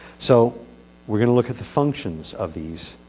so we're going to look at the functions of these